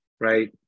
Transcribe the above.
right